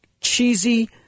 cheesy